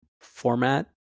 format